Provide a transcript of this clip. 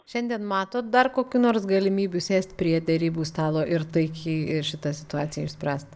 šiandien matot dar kokių nors galimybių sėst prie derybų stalo ir taikiai ir šitą situaciją išspręst